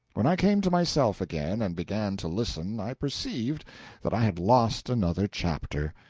when i came to myself again and began to listen, i perceived that i had lost another chapter,